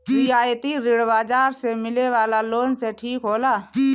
रियायती ऋण बाजार से मिले वाला लोन से ठीक होला